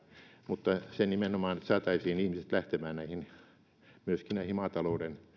mutta nimenomaan se että saataisiin ihmiset lähtemään myöskin näihin maatalouden